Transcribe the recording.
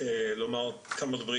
לומר כמה דברים.